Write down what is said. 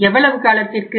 எவ்வளவு காலத்திற்கு